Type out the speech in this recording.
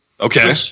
Okay